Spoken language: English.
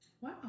Wow